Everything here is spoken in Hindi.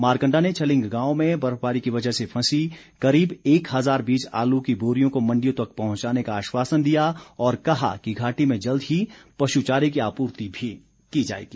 मारकंडा ने छलिंग गांव में बर्फबारी की वजह से फंसी करीब एक हज़ार बीज आलू की बोरियों को मंडियो तक पहुंचाने का आश्वासन दिया और कहा कि घाटी में जल्द ही पशुचारे की आपूर्ति भी की जाएगी